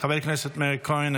חבר הכנסת מאיר כהן,